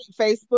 Facebook